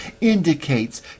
indicates